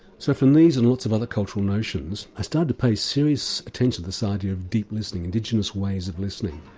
so from these and lots of other cultural notions i started to pay serious attention to this idea of deep listening, indigenous ways of listening,